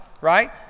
right